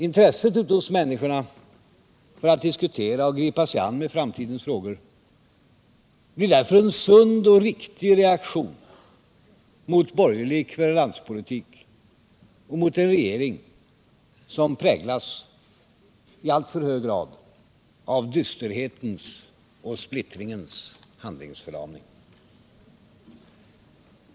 Intresset ute hos människorna för att diskutera och gripa sig an framtidens frågor blir därför en sund och riktig reaktion mot borgerlig kverulanspolitik och mot en regering som i alltför hög grad präglas av dysterhetens och splittringens handlingsförlamning.